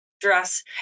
dress